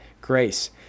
grace